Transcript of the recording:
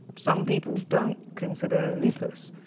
some people don't consider lupus.